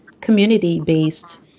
community-based